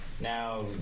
Now